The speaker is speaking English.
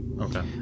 Okay